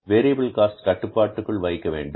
variable cost கட்டுப்பாட்டுக்குள் வைக்க வேண்டும்